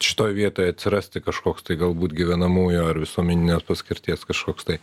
šitoj vietoj atsirasti kažkoks tai galbūt gyvenamųjų ar visuomeninės paskirties kažkoks tai